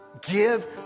Give